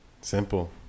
Simple